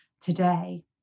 today